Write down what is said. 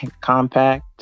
compact